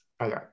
Okay